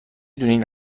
دونین